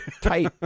tight